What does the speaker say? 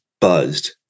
buzzed